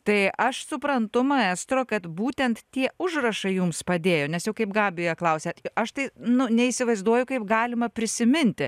tai aš suprantu maestro kad būtent tie užrašai jums padėjo nes jau kaip gabija klausė aš tai nu neįsivaizduoju kaip galima prisiminti